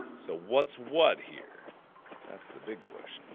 so what's what here that's the big crush